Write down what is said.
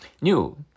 New